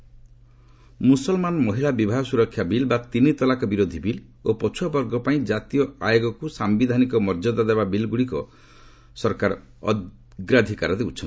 ମ୍ରସଲମାନ ମହିଳା ବିବାହ ସ୍ତରକ୍ଷା ବିଲ୍ ବା ତିନି ତଲାକ ବିରୋଧୀ ବିଲ୍ ଓ ପଛୁଆ ବର୍ଗ ପାଇଁ ଜାତୀୟ ଆୟୋଗକ୍ତ ସାୟିଧାନିକ ମର୍ଯ୍ୟଦା ଦେବା ବିଲ୍ଗୁଡ଼ିକ ସରକାର ଅଗ୍ରାଧିକାର ଦେଇଛନ୍ତି